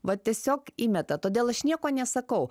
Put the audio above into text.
va tiesiog įmeta todėl aš nieko nesakau